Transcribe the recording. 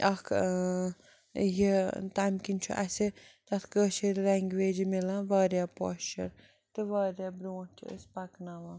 اَکھ یہِ تَمہِ کِنۍ چھُ اَسہِ تَتھ کٲشٕر لٮ۪نٛگویجہِ مِلان واریاہ پایِسچَر تہٕ واریاہ برٛونٛٹھ چھِ أسۍ پَکناوان